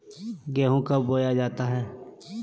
गेंहू कब बोया जाता हैं?